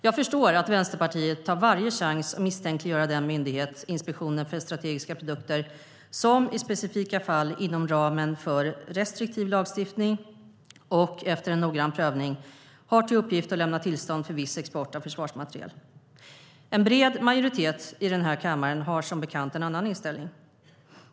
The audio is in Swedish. Jag förstår att Vänsterpartiet tar varje chans att misstänkliggöra den myndighet, Inspektionen för strategiska produkter, som i specifika fall inom ramen för en restriktiv lagstiftning och noggrann prövning har till uppgift att lämna tillstånd för viss export av försvarsmateriel. En bred majoritet i denna kammare har som bekant en annan inställning.